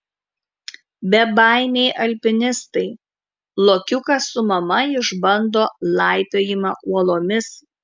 bebaimiai alpinistai lokiukas su mama išbando laipiojimą uolomis